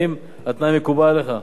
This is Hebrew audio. האם התנאי מקובל עליך?